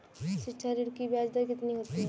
शिक्षा ऋण की ब्याज दर कितनी होती है?